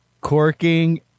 corking